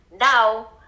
Now